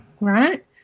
Right